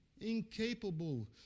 Incapable